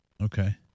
okay